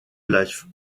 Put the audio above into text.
life